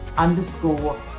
underscore